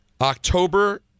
October